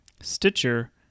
Stitcher